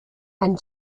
and